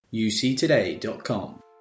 UCToday.com